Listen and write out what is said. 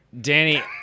Danny